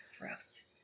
Gross